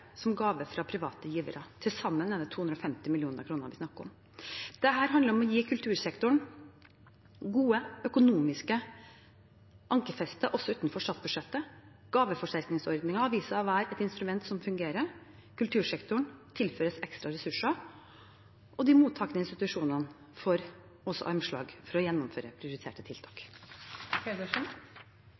som kommer som gave fra private givere – til sammen er det 250 mill. kr vi snakker om. Dette handler om å gi kultursektoren gode økonomiske ankerfester også utenfor statsbudsjettet. Gaveforsterkningsordningen har vist seg å være et instrument som fungerer. Kultursektoren tilføres ekstra ressurser, og de mottakende institusjonene får også armslag for å gjennomføre prioriterte tiltak.